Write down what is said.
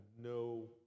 no